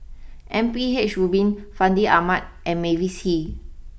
M P H Rubin Fandi Ahmad and Mavis Hee